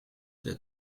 der